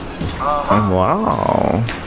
Wow